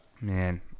Man